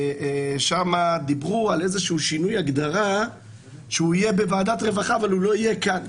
ושם דיברו על שינוי הגדרה שיהיה בוועדת הרווחה אבל הוא לא יהיה כאן.